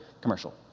commercial